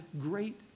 great